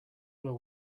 will